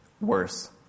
worse